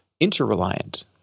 interreliant